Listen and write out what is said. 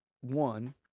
One